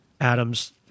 Adam's